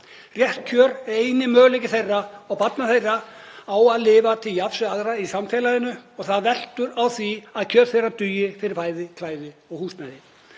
eru eini möguleiki þeirra og barna þeirra á að lifa til jafns við aðra í samfélaginu og það veltur á því að kjör þeirra dugi fyrir fæði, klæði og húsnæði.